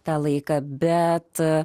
tą laiką bet